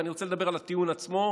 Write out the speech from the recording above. ואני רוצה לדבר על הטיעון עצמו,